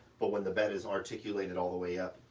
but when the bed is articulated all the way up,